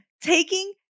taking